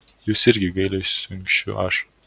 jūs irgi gailiai suinkščiu aš